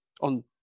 on